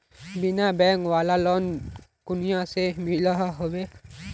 बिना बैंक वाला लोन कुनियाँ से मिलोहो होबे?